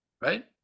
Right